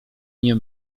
nie